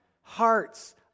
Hearts